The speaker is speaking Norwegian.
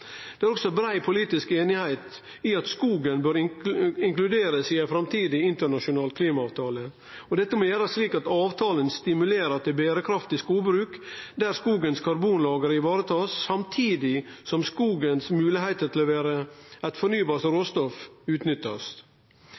Det er også brei politisk einigheit om at skog bør bli inkludert i ein framtidig internasjonal klimaavtale. Dette må gjerast slik at avtalen stimulerer til berekraftig skogbruk, der skogen sine karbonlager blir varetatt, samtidig som skogen sine moglegheiter til å levere eit fornybart råstoff